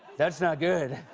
that's not good.